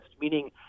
meaning